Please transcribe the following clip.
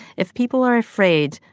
if people are afraid,